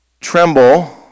tremble